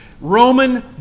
Roman